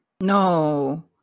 No